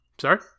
Sorry